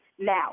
now